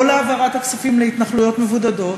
לא להעברת הכספים להתנחלויות מבודדות,